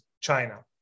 China